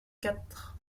quatre